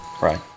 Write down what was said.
Right